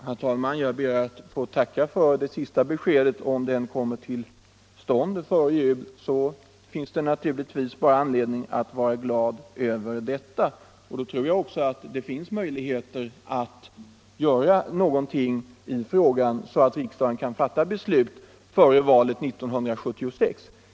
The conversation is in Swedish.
Herr talman! Jag ber att få tacka för det sista beskedet. Om utredningen kommer till stånd före jul finns det naturligtvis bara anledning att vara glad över detta. Då tror jag också det finns möjligheter att göra någonting i frågan så att riksdagen kan fatta beslut före valet 1976.